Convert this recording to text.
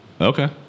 okay